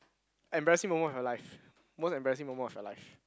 embarrassing moment of your life most embarrassing moment of your life